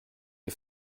les